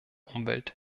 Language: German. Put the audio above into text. umwelt